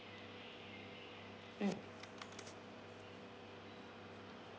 mm